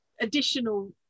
additional